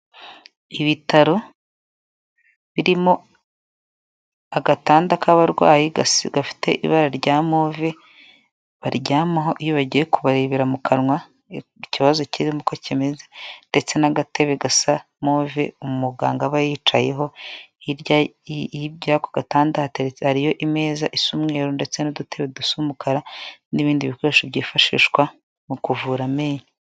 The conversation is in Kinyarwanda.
Ibitaro birimo agatanda k'abarwayi gafite ibara rya move, baryamaho iyo bagiye kubarebera mu kanwa ikibazo kirimo uko kimeze ndetse n'agatebe gasa move umuganga aba yicayeho, hirya y'ako gatanda hariyo imeza isa umweru ndetse n'udutebe dusa umukara n'ibindi bikoresho byifashishwa mu kuvura amenyo.